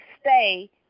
stay